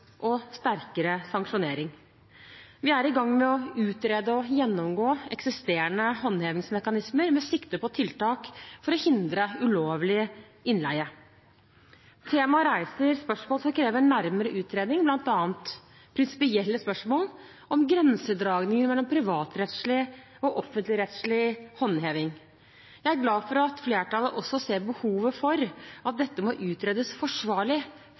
og sterkere sanksjonering. Vi er i gang med å utrede og gjennomgå eksisterende håndhevingsmekanismer, med sikte på tiltak for å hindre ulovlig innleie. Temaet reiser spørsmål som krever nærmere utredning, bl.a. prinsipielle spørsmål om grensedragninger mellom privatrettslig og offentligrettslig håndheving. Jeg er glad for at flertallet også ser behovet for at dette må utredes forsvarlig